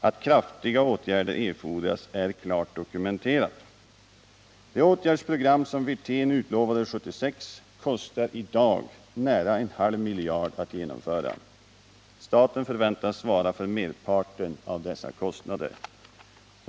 Att kraftiga åtgärder erfordras är klart dokumenterat. Det åtgärdsprogram som Wirtén utlovade 1976 kostar i dag närmare en halv miljard att genomföra. Staten förväntas svara för merparten av dessa kostnader.